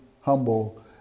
humble